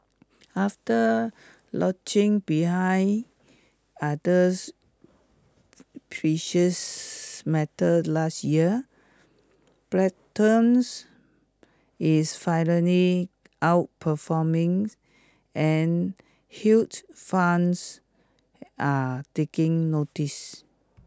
after lagging behind others precious metal last year platinum's is finally outperforming and hedge funds are taking notice